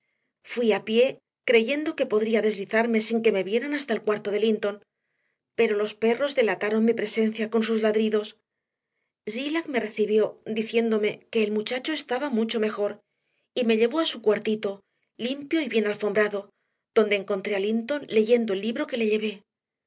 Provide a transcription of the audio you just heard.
fui a pie creyendo que podría deslizarme sin que me vieran hasta el cuarto de linton pero los perros delataron mi presencia con sus ladridos zillah me recibió diciéndome que el muchacho estaba mucho mejor y me llevó a su cuartito limpio y bien alfombrado donde encontré a linton leyendo el libro que le llevé